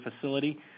facility